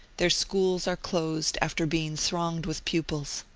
their schools are closed, after being thronged with pupils.